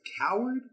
coward